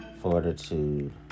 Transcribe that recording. fortitude